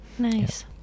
nice